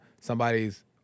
somebody's